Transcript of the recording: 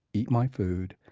eat my food.